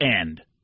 end –